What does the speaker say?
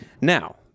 Now